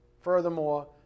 furthermore